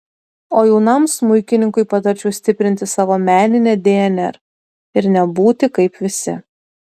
o jaunam smuikininkui patarčiau stiprinti savo meninę dnr ir nebūti kaip visi